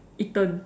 eaten